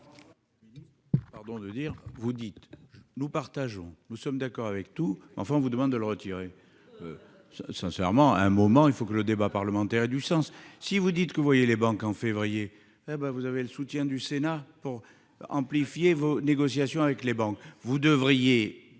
Pardon de dire vous dites nous partageons. Nous sommes d'accord avec tout, enfin on vous demande de le retirer. Sincèrement, à un moment il faut que le débat parlementaire ait du sens. Si vous dites que vous voyez les banques en février. Ben vous avez le soutien du Sénat pour amplifier vos négociations avec les banques vous devriez